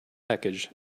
package